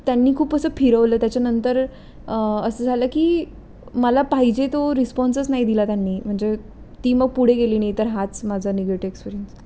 त्यांनी खूप असं फिरवलं त्याच्या नंतर असं झालं की मला पाहिजे तो रिस्पॉन्सच नाही दिला त्यांनी म्हणजे ती मग पुढे गेली नाही तर हाच माझा निगेटिव एक्सपिरियन्स